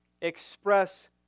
Express